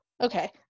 okay